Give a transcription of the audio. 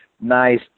nice